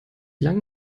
lange